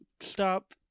stop